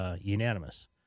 unanimous